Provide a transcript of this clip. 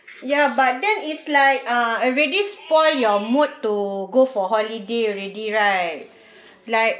ya but then is like uh already spoil your mood to go for holiday already right like